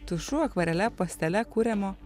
tušu akvarele pastele kuriamo